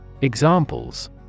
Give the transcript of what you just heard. Examples